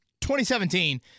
2017